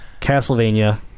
Castlevania